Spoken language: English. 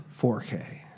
4K